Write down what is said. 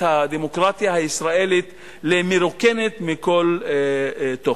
הדמוקרטיה הישראלית למרוקנת מכל תוכן.